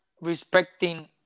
respecting